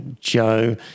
Joe